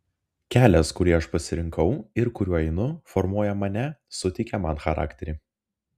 kelias kurį aš pasirinkau ir kuriuo einu formuoja mane suteikia man charakterį